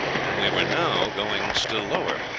and we were now going still lower.